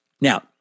Now